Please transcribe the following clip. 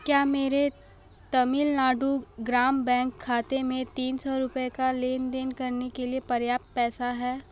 क्या मेरे तमिलनाडु ग्राम बैंक खाते में तीन सौ रुपये का लेन देन करने के लिए पर्याप्त पैसा है